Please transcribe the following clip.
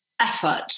effort